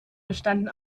bestanden